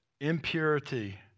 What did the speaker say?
impurity